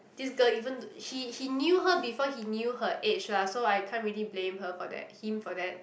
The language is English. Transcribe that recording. this girl even he he knew her before he knew her age lah so I can't really blame her for that him for that